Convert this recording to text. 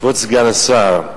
כבוד סגן השר,